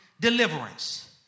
deliverance